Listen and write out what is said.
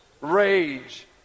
rage